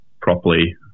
properly